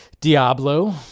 Diablo